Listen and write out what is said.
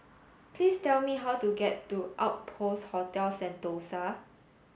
please tell me how to get to Outpost Hotel Sentosa